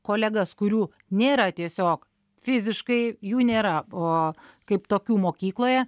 kolegas kurių nėra tiesiog fiziškai jų nėra o kaip tokių mokykloje